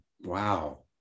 Wow